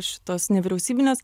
šitos nevyriausybinės